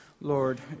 Lord